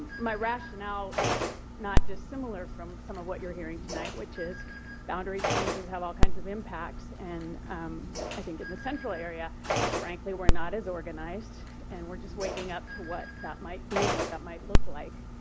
my rationale is not dissimilar from some of what you are hearing tonight which is boundary changes have all kinds of impacts and i think in the central area frankly we are not as organized and we are just waking up to what that might be and what that might look like.